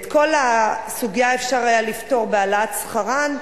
את כל הסוגיה היה אפשר לפתור בהעלאת שכרן,